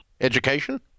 Education